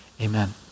Amen